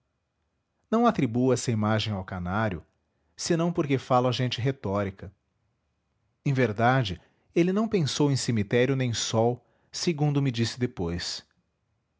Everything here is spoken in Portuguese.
não atribuo essa imagem ao canário senão porque falo a gente retórica em verdade ele não pensou em cemitério nem sol segundo me disse depois